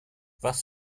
was